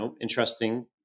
interesting